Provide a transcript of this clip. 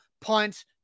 punt